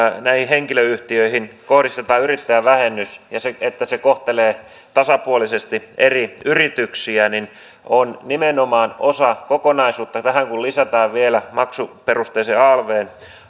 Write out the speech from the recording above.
näihin henkilöyhtiöihin kohdistetaan yrittäjävähennys ja se että se kohtelee tasapuolisesti eri yrityksiä on nimenomaan osa kokonaisuutta ja tähän kun lisätään vielä maksuperusteiseen alvhen